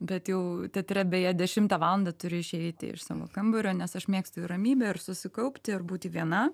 bet jau teatre beje dešimtą valandą turiu išeiti iš savo kambario nes aš mėgstu ramybę ir susikaupti ir būti viena